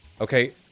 Okay